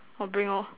oh bring lor